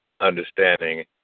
understanding